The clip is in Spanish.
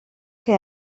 que